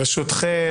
ברשותכם,